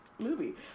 movie